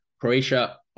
Croatia